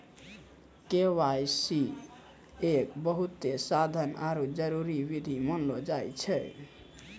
KYC एक बहुते साधारण आरु जरूरी विधि मानलो जाय छै